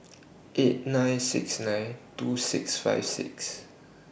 eight nine six nine two six five six